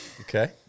Okay